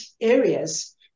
areas